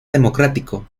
democrático